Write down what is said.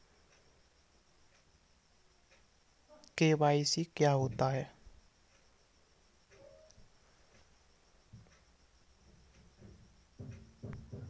KYC क्या होता है?